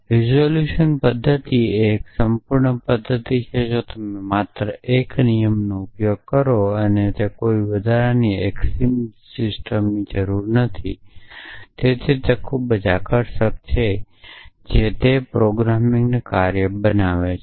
resolution પધ્ધતિ એ એક સંપૂર્ણ પદ્ધતિ છે જો તમે માત્ર 1 નિયમનો ઉપયોગ કરો છો અને તેને કોઈ વધારાની એક્સીમ સિસ્ટમની જરૂર નથી તેથી જ તે ખૂબ જ આકર્ષક છે જે તે પ્રોગ્રામિંગનું કાર્ય બનાવે છે